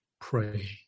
pray